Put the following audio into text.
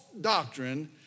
doctrine